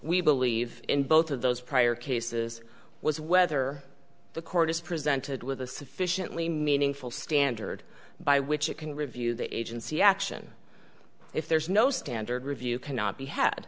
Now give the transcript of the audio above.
we believe in both of those prior cases was whether the court is presented with a sufficiently meaningful standard by which it can review the agency action if there is no standard review cannot be had